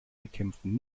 bekämpfen